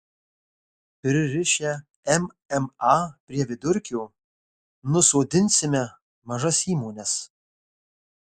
pririšę mma prie vidurkio nusodinsime mažas įmones